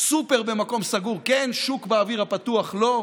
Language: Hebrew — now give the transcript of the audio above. סופר במקום סגור, כן, שוק באוויר הפתוח לא.